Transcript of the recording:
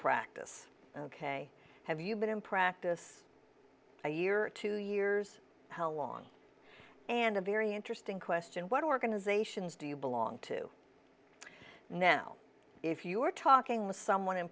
practice ok have you been in practice a year or two years how long and a very interesting question what organizations do you belong to now if you are talking with someone in